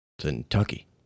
Kentucky